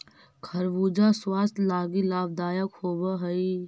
खरबूजा स्वास्थ्य लागी लाभदायक होब हई